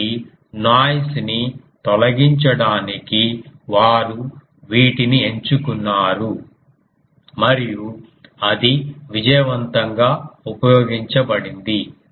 కాబట్టి నాయిస్ ని తొలగించడానికి వారు వీటిని ఎంచుకున్నారు మరియు అది విజయవంతంగా ఉపయోగించబడింది